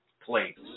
place